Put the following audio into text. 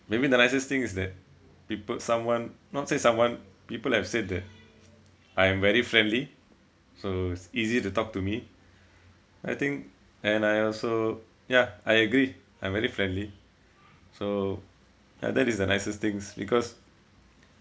maybe the nicest thing is that people someone not say someone people have said that I am very friendly so it's easy to talk to me I think and I also ya I agree I'm very friendly so and that is the nicest things because